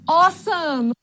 awesome